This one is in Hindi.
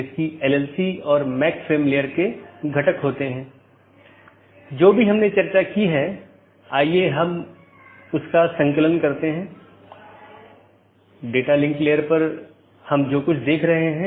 यह पूरे मेश की आवश्यकता को हटा देता है और प्रबंधन क्षमता को कम कर देता है